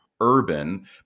urban